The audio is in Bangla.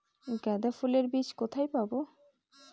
গাঁদা ফুলের বীজ কোথায় পাবো?